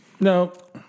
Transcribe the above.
No